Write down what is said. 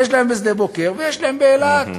יש להם בשדה-בוקר ויש להם באילת.